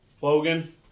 Logan